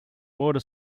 order